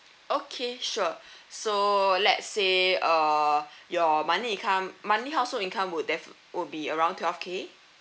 okay sure so let's say err your money income money household income would defi~ would be around twelve K